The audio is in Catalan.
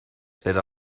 per